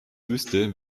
wüsste